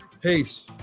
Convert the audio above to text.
Peace